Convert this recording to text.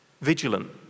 vigilant